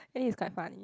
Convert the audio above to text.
think it's quite funny